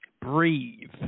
Breathe